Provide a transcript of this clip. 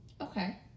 Okay